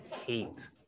hate